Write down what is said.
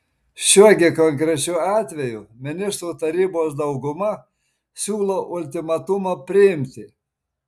šiuo gi konkrečiu atveju ministrų tarybos dauguma siūlo ultimatumą priimti